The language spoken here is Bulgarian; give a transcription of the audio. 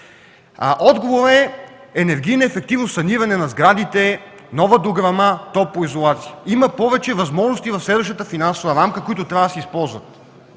А отговорът е енергийна ефективност – саниране на сградите, нова дограма, топлоизолация. Има повече възможности в следващата финансова рамка, които трябва да се използват.